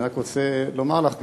אני רק רוצה לומר לך,